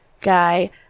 guy